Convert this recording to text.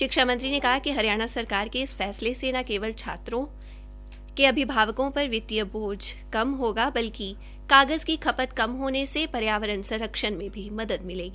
शिक्षा मंत्री ने कहा कि हरियाणा सरकार के इस फैसले से न केवल छात्रों के अभिभावकों पर वित्तीय बोझा कम होगा बल्कि कागज की खपत कम होने से पर्यावरण संरक्षण में मदद मिलेगी